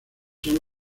son